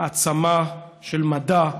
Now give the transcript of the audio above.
מעצמה של מדע,